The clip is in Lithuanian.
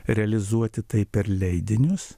realizuoti tai per leidinius